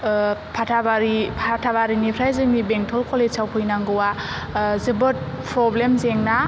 फाथाबारि फाथाबारिनिफ्राय जोंनि बेंथल कलेजआव फैनांगौआ जोबोर प्रब्लेम जेंना